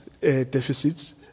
deficits